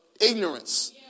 ignorance